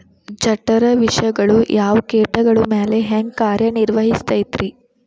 ಜಠರ ವಿಷಗಳು ಯಾವ ಕೇಟಗಳ ಮ್ಯಾಲೆ ಹ್ಯಾಂಗ ಕಾರ್ಯ ನಿರ್ವಹಿಸತೈತ್ರಿ?